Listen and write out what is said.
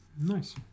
Nice